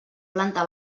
planta